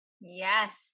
Yes